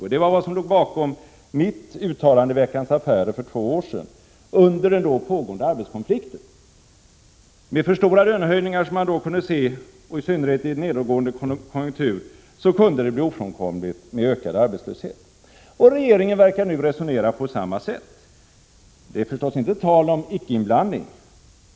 Detta var vad som låg bakom mitt uttalande i Veckans Affärer för två år sedan under den då pågående arbetskonflikten. Med, som man då kunde räkna med, för stora lönehöjningar kunde det bli ofrånkomligt med en ökning av arbetslösheten — i synnerhet vid en nedåtgående konjunktur. Regeringen verkar nu resonera på samma sätt. Det är förstås inte tal om icke-inblandning.